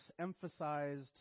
emphasized